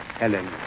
Ellen